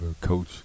coach